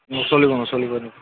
নচলিব নচলিব